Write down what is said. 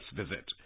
visit